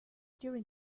during